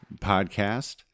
Podcast